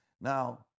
Now